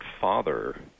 father